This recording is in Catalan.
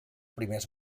primers